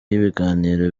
y’ibiganiro